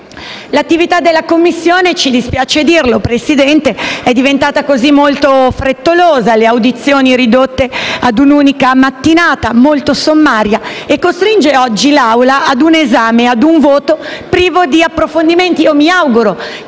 L'attività della Commissione, ci dispiace dirlo Presidente, è diventata così molto frettolosa. Le audizioni si sono ridotte ad un'unica mattinata, molto sommaria, e l'Aula oggi è costretta ad un esame e ad un voto privo di approfondimenti.